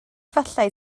efallai